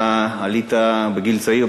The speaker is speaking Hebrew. אתה עלית בגיל צעיר,